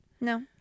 No